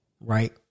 right